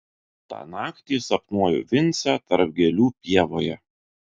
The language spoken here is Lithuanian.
tą naktį sapnuoju vincę tarp gėlių pievoje